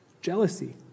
jealousy